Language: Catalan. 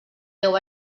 deu